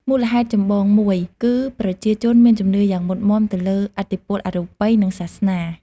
មូលហេតុចម្បងមួយ គឺប្រជាជនមានជំនឿយ៉ាងមុតមាំទៅលើ ឥទ្ធិពលអរូបី និងសាសនា។